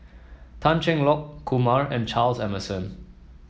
Tan Cheng Lock Kumar and Charles Emmerson